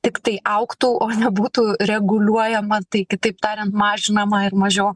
tiktai augtų o ne būtų reguliuojama tai kitaip tariant mažinama ir mažiau